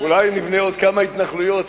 אולי נבנה עוד כמה התנחלויות,